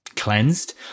cleansed